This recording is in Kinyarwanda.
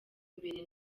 imbere